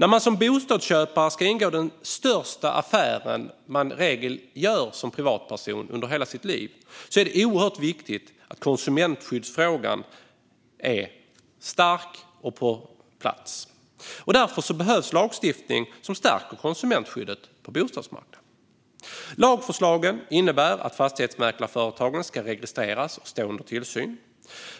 När man som bostadsköpare ska ingå den i regel största affär i livet som man som privatperson gör är det oerhört viktigt att konsumentskyddet är starkt och finns på plats. Därför behövs lagstiftning som stärker konsumentskyddet på bostadsmarknaden. Lagförslagen innebär att fastighetsmäklarföretagen ska registreras och stå under tillsyn.